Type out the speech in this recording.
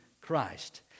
Christ